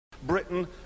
Britain